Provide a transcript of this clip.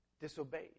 disobeyed